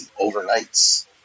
overnights